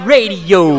Radio